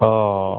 ஓ ஓ